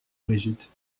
brigitte